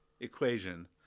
equation